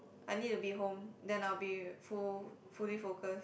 I need to be home then I'll be full~ fully focused